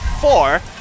four